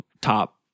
top